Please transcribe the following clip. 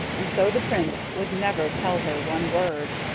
and so the prince would never tell her one word.